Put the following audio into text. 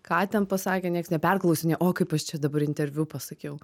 ką ten pasakė nieks neperklausinėja o kaip aš čia dabar interviu pasakiau